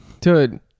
Dude